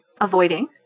avoiding